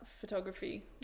photography